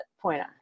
point